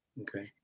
okay